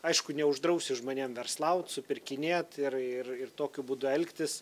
aišku neuždrausi žmonėm verslaut supirkinėt ir ir ir tokiu būdu elgtis